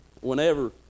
whenever